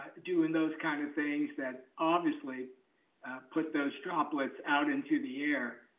doing those kinds of things that obviously put those droplets out into the year,